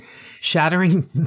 Shattering